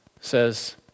says